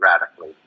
radically